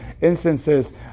instances